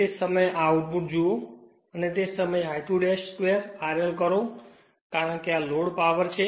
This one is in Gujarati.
તે જ સમયે આ આઉટપુટ જુઓ અને તે જ સમયે I22 RL કરો કારણ કે આ લોડ પાવર છે